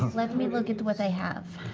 let me look at what i have.